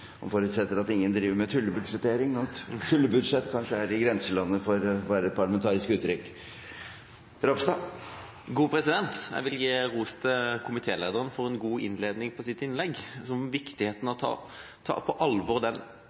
han forutsetter at ingen driver med «tullebudsjettering», og at «tullebudsjett» kanskje er i grenselandet for hva som er et parlamentarisk uttrykk. Jeg vil gi ros til komitélederen for en god innledning på hennes innlegg, om viktigheten av å ta på alvor den